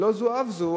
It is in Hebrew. ולא זו אף זו,